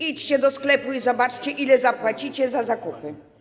Idźcie do sklepu i zobaczcie, ile zapłacicie za zakupy.